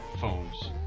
phones